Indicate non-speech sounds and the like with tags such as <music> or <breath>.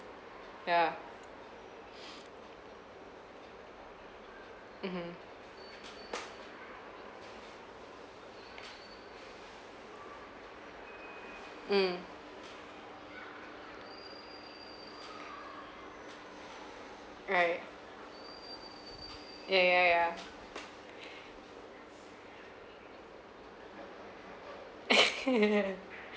yeah <noise> mmhmm mm right ya ya ya <breath> <laughs>